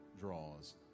draws